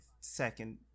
second